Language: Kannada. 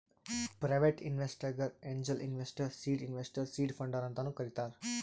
ಪ್ರೈವೇಟ್ ಇನ್ವೆಸ್ಟರ್ಗ angel investor, seed investor, seed funder ಅಂತಾನು ಕರಿತಾರ್